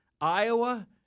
Iowa